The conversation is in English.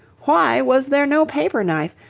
why was there no paper-knife?